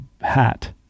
hat